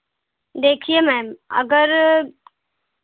देखिये मैम अगर